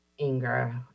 anger